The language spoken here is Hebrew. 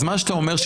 אז מה שאתה אומר,